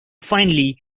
finally